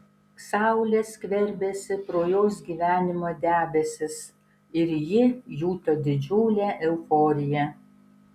saulė skverbėsi pro jos gyvenimo debesis ir ji juto didžiulę euforiją